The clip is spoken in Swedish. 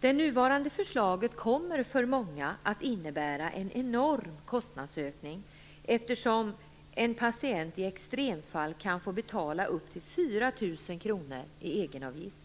Det nuvarande förslaget kommer för många att innebära en enorm kostnadsökning eftersom en patient i extremfallet kan få betala upp till 4 000 kr i egenavgift.